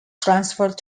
transferred